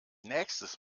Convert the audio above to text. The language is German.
nächstes